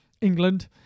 england